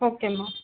okay மா